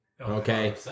Okay